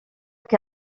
que